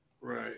Right